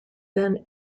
then